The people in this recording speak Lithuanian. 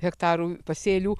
hektarų pasėlių